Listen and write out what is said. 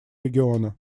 региона